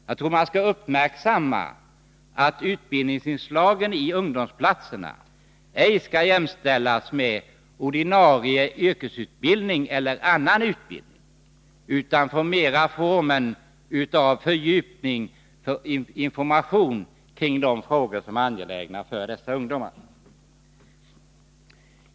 Jag tror man skall uppmärksamma att utbildningsinslagen i ungdomsplatserna inte skall jämställas med ordinarie yrkesutbildning eller annan utbildning utan mera får formen av fördjupning och information kring de frågor som är angelägna för dessa ungdomar.